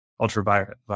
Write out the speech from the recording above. ultraviolet